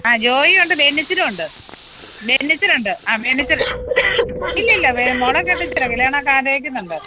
ആ ജോയിയുണ്ട് ബെന്നിച്ചനുണ്ട് ബെന്നിച്ചനുണ്ട് ആ ബെന്നിച്ചൻ ഇല്ല ഇല്ല മോളെ കെട്ടിചേര കല്യാണമൊക്കെ ആലോചിക്കുന്നുണ്ട്